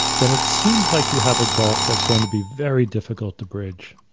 then it seems like you have a gulf that's going to be very difficult to bridge.